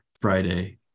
Friday